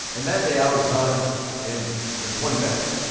and that day i was done and in twenty minutes,